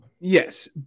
Yes